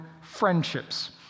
friendships